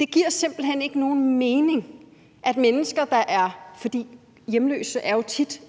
Det giver simpelt hen ikke nogen mening, for det, at folk er hjemløse, skyldes